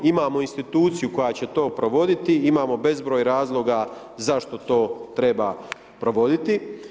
Imamo instituciju koja će to provoditi, imamo bezbroj razloga zašto to treba provoditi.